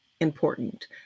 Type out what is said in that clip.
important